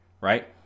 Right